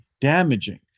damaging